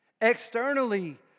Externally